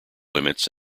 limits